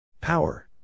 Power